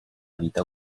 vita